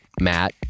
Matt